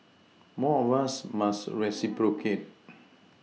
more of us must reciprocate